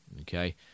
Okay